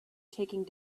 taking